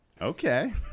Okay